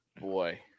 boy